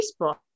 Facebook